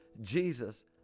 Jesus